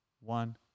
one